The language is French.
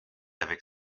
avec